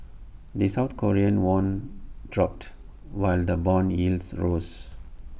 the south Korean won dropped while the Bond yields rose